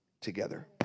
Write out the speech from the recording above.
together